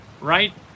right